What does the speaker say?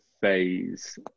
phase